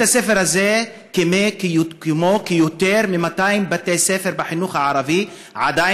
מנהל בית ספר מקיף מכפר בענה